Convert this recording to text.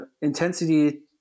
intensity